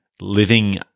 living